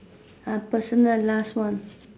ah personal last one